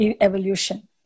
evolution